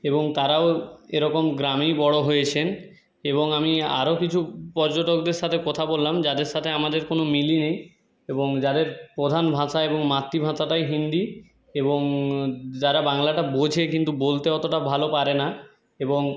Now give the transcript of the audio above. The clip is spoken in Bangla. এবং তারাও এরকম গ্রামেই বড়ো হয়েছেন এবং আমি আরো কিছু পর্যটকদের সাথে কথা বললাম যাদের সাথে আমাদের কোন মিলই নেই এবং যাদের প্রধান ভাষা এবং মাতৃভাষাটাই হিন্দি এবং যারা বাংলাটা বোঝে কিন্তু বলতে অতটা ভাল পারে না এবং